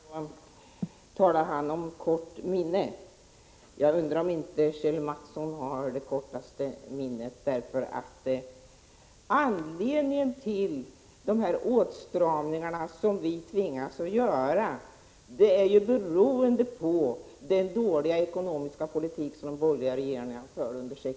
Herr talman! Jag börjar med Kjell Mattsson. Han talade om kort minne. Jag undrar om inte Kjell Mattsson har det kortaste minnet. Anledningen till de åtstramningar som vi nu tvingas göra är den dåliga ekonomiska politik som de borgerliga regeringarna förde under sex år.